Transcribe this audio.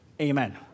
amen